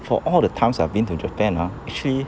for all the times I've been to japan ah actually